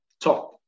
top